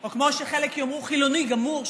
או שחלק יאמרו חילוני גמור,